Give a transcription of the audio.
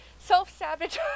self-sabotage